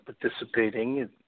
participating